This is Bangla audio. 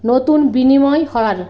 নতুন বিনিময় হার